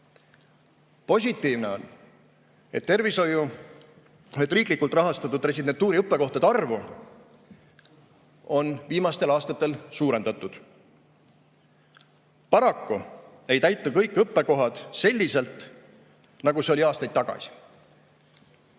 Positiivne on, et riiklikult rahastatud residentuuri õppekohtade arvu on viimastel aastatel suurendatud. Paraku ei täitu kõik õppekohad selliselt, nagu see oli aastaid tagasi.